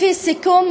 לפי הסיכום,